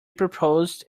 proposed